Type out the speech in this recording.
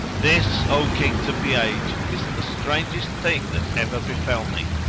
this, o kings of the age, is the strangest thing that ever befel me.